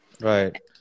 Right